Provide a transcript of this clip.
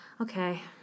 Okay